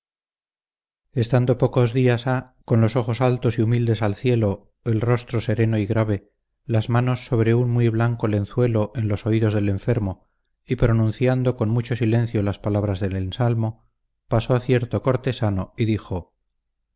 estando pocos días ha con los ojos altos y humildes al cielo el rostro sereno y grave las manos sobre un muy blanco lenzuelo en los oídos del enfermo y pronunciando con mucho silencio las palabras del ensalmo pasó cierto cortesano y dijo